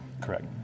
CORRECT